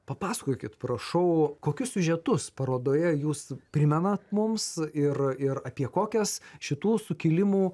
papasakokit prašau kokius siužetus parodoje jūs primenat mums ir ir apie kokias šitų sukilimų